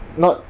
not